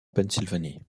pennsylvanie